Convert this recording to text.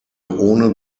ohne